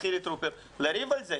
לחילי טרופר לריב על זה,